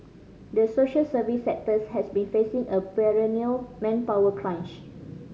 the social service sectors has been facing a perennial manpower crunch